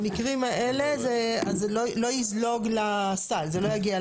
במקרים האלה זה לא יזלוג לסל, זה לא יגיע לסל.